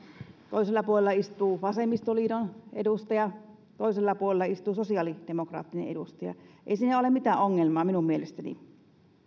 ja toisella puolella istuu vasemmistoliiton edustaja toisella puolella istuu sosiaalidemokraattinen edustaja ei siinä ole mitään ongelmaa minun mielestäni